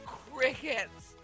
crickets